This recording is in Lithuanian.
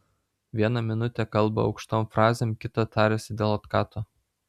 vieną minutę kalba aukštom frazėm kitą tariasi dėl otkato